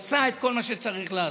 הוא עשה את כל מה שצריך לעשות.